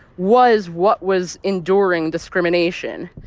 was what was enduring discrimination.